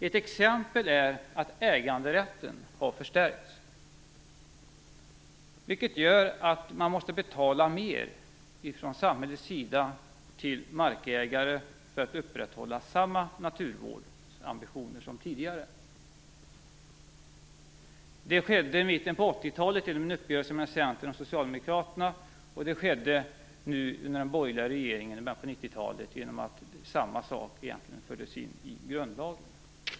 Ett exempel är att äganderätten har förstärkts, vilket gör att samhället måste betala mer till markägare för att upprätthålla samma naturvårdsambitioner som tidigare. Detta skedde i mitten på 80-talet genom en uppgörelse mellan Centern och Socialdemokraterna, och det skedde genom att den borgerliga regeringen i början på 90-talet förde in samma sak i grundlagen.